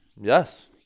Yes